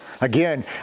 again